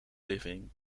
living